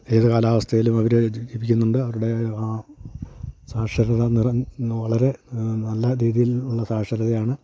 ഏത് കാലാവസ്ഥയിലും അവർ ജീവിക്കുന്നുണ്ട് അവരുടെ ആ സാക്ഷരത നിറം വളരെ നല്ല രീതിയിലുള്ള സാക്ഷരതയാണ്